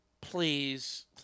Please